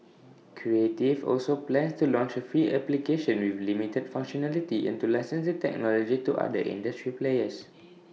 creative also plans to launch A free application with limited functionality and to license the technology to other industry players